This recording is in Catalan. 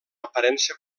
aparença